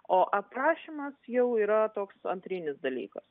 o aprašymas jau yra toks antrinis dalykas